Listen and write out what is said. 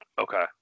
Okay